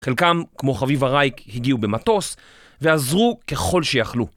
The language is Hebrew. חלקם, כמו חביבה רייק, הגיעו במטוס ועזרו ככל שיכלו.